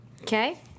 okay